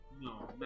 No